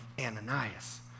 Ananias